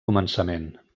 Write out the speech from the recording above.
començament